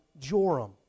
Joram